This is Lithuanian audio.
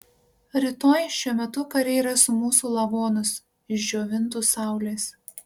rytoj šiuo metu kariai ras mūsų lavonus išdžiovintus saulės